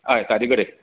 हय तारी कडेन